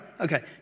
Okay